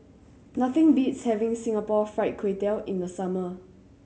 nothing beats having Singapore Fried Kway Tiao in the summer